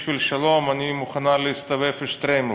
בשביל שלום אני מוכנה להסתובב עם שטריימל.